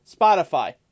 Spotify